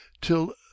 till